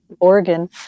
oregon